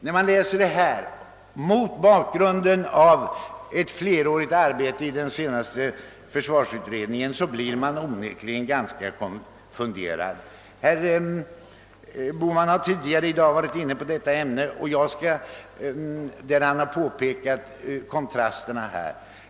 När man läser detta mot bakgrunden av ett flerårigt arbete i den senaste försvarsutredningen, blir man onekligen ganska konfunderad. Herr Bohman har tidigare i dag varit inne på detta ämne och påpekat kontrasterna.